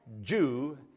Jew